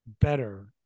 Better